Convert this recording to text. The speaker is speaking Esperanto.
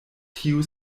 tiu